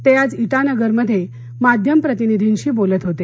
ते आज इटानगर मध्ये माध्यम प्रतिनिधींशी बोलत होते